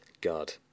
God